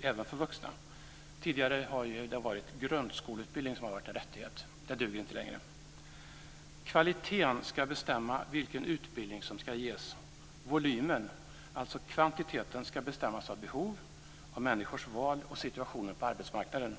även för vuxna. Tidigare har det varit grundskoleutbildning som har varit en rättighet. Det duger inte längre. Kvaliteten ska bestämma vilken utbildning som ska ges. Volymen, dvs. kvantiteten, ska bestämmas av behov, av människors val och av situationen på arbetsmarknaden.